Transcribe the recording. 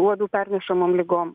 uodų pernešamom ligom